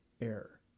error